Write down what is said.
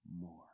more